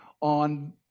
on